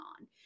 on